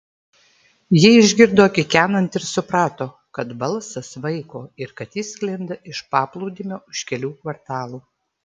ji išgirdo kikenant ir suprato kad balsas vaiko ir kad jis sklinda iš paplūdimio už kelių kvartalų